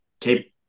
keep